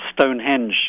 Stonehenge